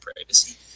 privacy